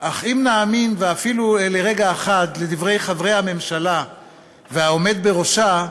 אך אם נאמין ואפילו לרגע אחד לדברי חברי הממשלה והעומד בראשה,